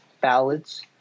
ballads